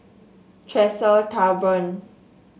Tresor Tavern